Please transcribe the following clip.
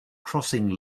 crossing